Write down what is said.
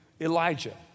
elijah